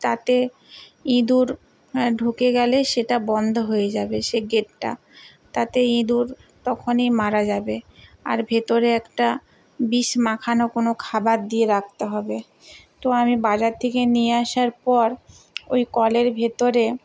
তাতে ইঁদুর ঢুকে গেলে সেটা বন্ধ হয়ে যাবে সে গেটটা তাতে ইঁদুর তখনই মারা যাবে আর ভেতরে একটা বিষ মাখানো কোনো খাবার দিয়ে রাখতে হবে তো আমি বাজার থেকে নিয়ে আসার পর ওই কলের ভেতরে